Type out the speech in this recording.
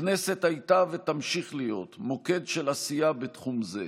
הכנסת הייתה ותמשיך להיות מוקד של עשייה בתחום זה.